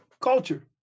Culture